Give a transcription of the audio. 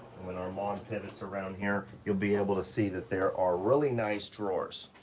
when armand pivots around here, you'll be able to see that there are really nice drawers.